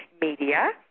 media